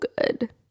good